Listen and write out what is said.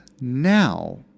Now